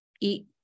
eat